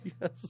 Yes